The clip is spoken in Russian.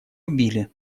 убили